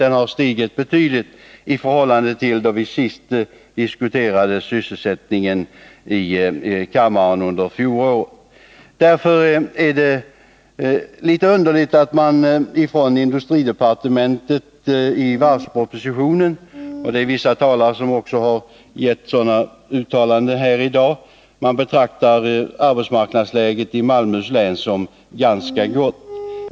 Den har stigit betydligt i förhållande till förra året, när vi senast diskuterade sysselsättningen i kammaren. Därför är det litet underligt att man från industridepartementet i varvspropositionen — vissa talare har också gjort sådana uttalanden här i dag — betraktar arbetsmarknadsläget i Malmöhus län som ganska gott.